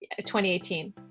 2018